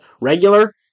regular